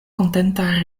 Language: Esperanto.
kontenta